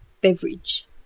beverage